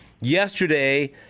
yesterday